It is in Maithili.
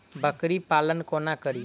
बकरी पालन कोना करि?